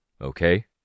Okay